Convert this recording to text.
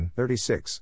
36